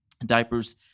diapers